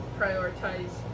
prioritize